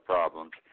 problems